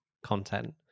content